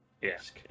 Yes